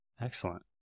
excellent